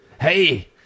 Hey